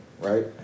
right